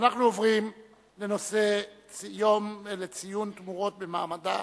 אנחנו עוברים להצעות לסדר-היום בנושא: ציון יום תמורות במעמדה